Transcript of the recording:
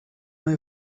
know